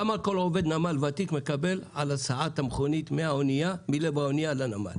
כמה כל עובד נמל ותיק מקבל על הסעת המכונית מלב האונייה לנמל?